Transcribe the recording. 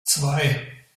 zwei